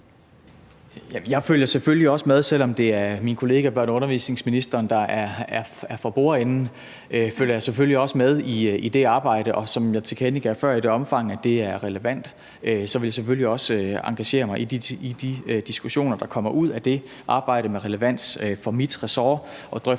Jeg følger selvfølgelig også med. Selv om det er min kollega børne- og undervisningsministeren, der er for bordenden, følger jeg selvfølgelig også med i det arbejde, og som jeg tilkendegav før, vil jeg i det omfang, det er relevant, selvfølgelig også engagere mig i de diskussioner, der kommer ud af det arbejde med relevans for mit ressort,